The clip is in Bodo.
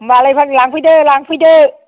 होनबालाय फाग्लि लांफैदो लांफैदो